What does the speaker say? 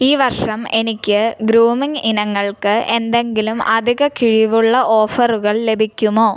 ഈ വർഷം എനിക്ക് ഗ്രൂമിംഗ് ഇനങ്ങൾക്ക് എന്തെങ്കിലും അധിക കിഴിവുള്ള ഓഫറുകൾ ലഭിക്കുമോ